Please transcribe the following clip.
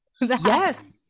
Yes